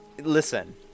listen